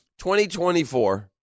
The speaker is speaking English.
2024